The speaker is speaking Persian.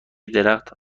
درخت